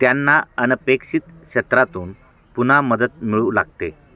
त्यांना अनपेक्षित क्षेत्रातून पुन्हा मदत मिळू लागते